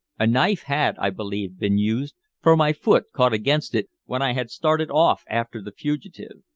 a knife had, i believed, been used, for my foot caught against it when i had started off after the fugitive.